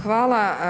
Hvala.